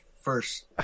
first